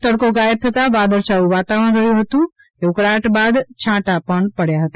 તડકો ગાયબ થતાં વાદળછાયું વાતાવરણ રહ્યું હતું કે ઉકળાટબાદ છાંટા પણ પડ્યા છે